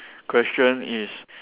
question is